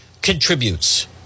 contributes